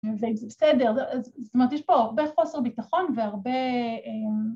‫זה בסדר. זאת אומרת, ‫יש פה הרבה חוסר ביטחון והרבה...